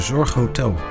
Zorghotel